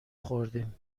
خوردیم